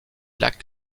lac